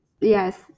Yes